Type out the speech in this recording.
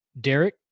Derek